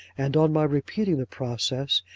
and on my repeating the process,